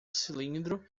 cilindro